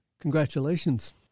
Congratulations